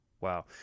Wow